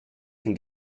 can